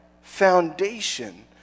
foundation